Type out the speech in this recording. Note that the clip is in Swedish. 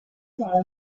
vara